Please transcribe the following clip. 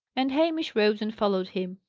and hamish rose and followed him.